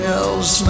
else